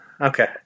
Okay